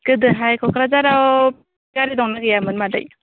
गोदोहाय क'क्राझाराव गारि दंना गैयामोन मादै